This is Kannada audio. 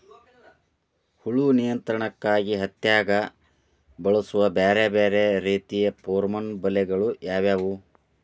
ಹುಳು ನಿಯಂತ್ರಣಕ್ಕಾಗಿ ಹತ್ತ್ಯಾಗ್ ಬಳಸುವ ಬ್ಯಾರೆ ಬ್ಯಾರೆ ರೇತಿಯ ಪೋರ್ಮನ್ ಬಲೆಗಳು ಯಾವ್ಯಾವ್?